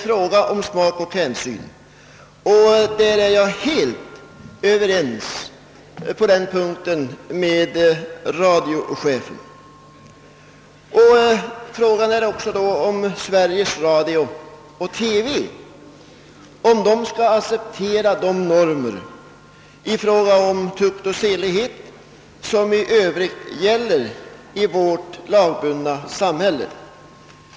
På den punkten är jag helt överens med radiochefen. Problemet är då om Sveriges Radio skall acceptera de normer i fråga om tukt och sedlighet som i övrigt gäller i vårt lagbundna samhälle. '